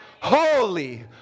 holy